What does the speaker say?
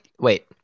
Wait